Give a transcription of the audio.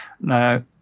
Now